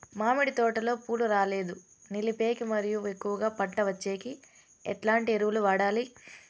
మామిడి తోటలో పూలు రాలేదు నిలిపేకి మరియు ఎక్కువగా పంట వచ్చేకి ఎట్లాంటి ఎరువులు వాడాలి?